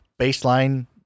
baseline